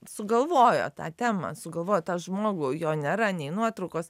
sugalvojo tą temą sugalvojo tą žmogų jo nėra nei nuotraukos